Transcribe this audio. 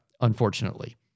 unfortunately